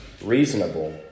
reasonable